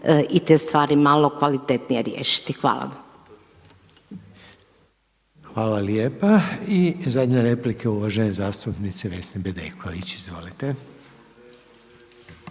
i te stvari malo kvalitetnije riješiti. Hvala vam. **Reiner, Željko (HDZ)** Hvala lijepa. I zadnja replika uvažene zastupnice Vesne Bedeković, izvolite.